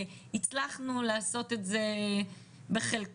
הצלחנו לעשות את זה בחלקו.